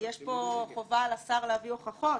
יש פה חובה על השר להביא הוכחות